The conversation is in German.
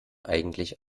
eigentlich